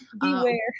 Beware